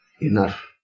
enough